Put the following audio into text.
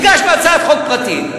הגשנו הצעת חוק פרטית,